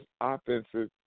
offenses